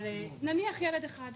נניח שיש ילד אחד,